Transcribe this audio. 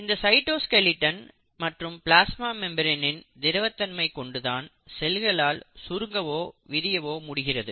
இந்த சைட்டோஸ்கெலட்டன் மற்றும் பிளாஸ்மா மெம்பிரேனின் திரவத்தன்மையை கொண்டு தான் செல்களால் சுருங்கவோ விரியவோ முடிகிறது